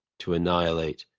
to annihilate,